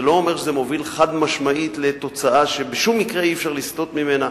זה לא אומר שזה מוביל חד-משמעית לתוצאה שבשום מקרה אי-אפשר לסטות ממנה,